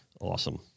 Awesome